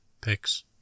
picks